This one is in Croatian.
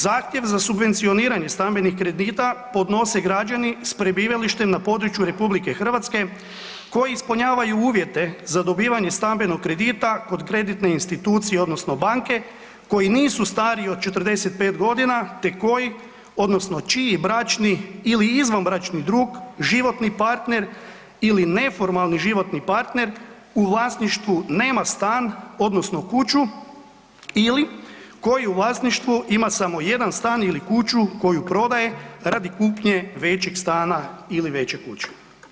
Zahtjev za subvencioniranje stambenih kredita podnose građani s prebivalištem na području RH koji ispunjavaju uvjete za dobivanje stambenog kredita kod kreditne institucije, odnosno banke koji nisu stariji od 45 godina te koji, odnosno čiji bračni ili izvanbračni drug, životni partner ili neformalni životni partner u vlasništvu nema stan, odnosno kuću ili koji u vlasništvu ima samo jedan stan ili kuću, koju prodaje radi kupnje većeg stana ili veće kuće.